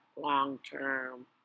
long-term